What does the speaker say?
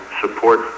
support